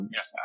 Yes